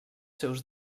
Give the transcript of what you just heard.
seus